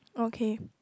okay